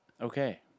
okay